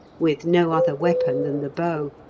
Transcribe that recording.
with no other weapon than the bow.